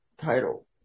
title